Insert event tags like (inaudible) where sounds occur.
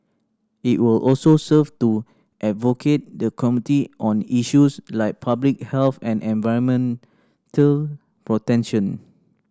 it will also serve to advocate the community on issues like public health and environmental (unintelligible)